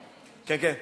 כן, כן,